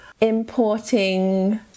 importing